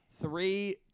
Three